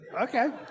Okay